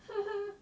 ha ha